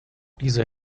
diese